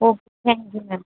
okay thank you ma'am